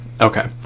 Okay